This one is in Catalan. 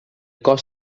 cos